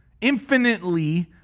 infinitely